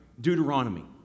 Deuteronomy